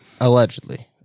Allegedly